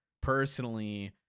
personally